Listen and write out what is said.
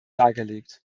dargelegt